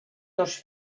dos